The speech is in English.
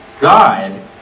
God